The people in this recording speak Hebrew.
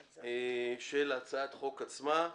להצעת החוק עצמה.